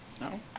no